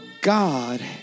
God